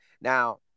Now